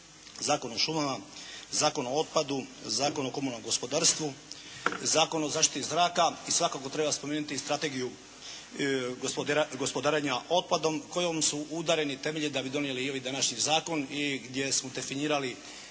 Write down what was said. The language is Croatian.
Zakon o šumama, Zakon o otpadu, Zakon o komunalnom gospodarstvu, Zakon o zaštiti zraka i svakako treba spomenuti strategiju gospodarenja otpadom kojom su udareni temelji da bi donijeli i ovi današnji zakon i gdje smo definirali